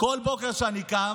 בכל בוקר כשאני קם